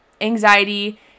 anxiety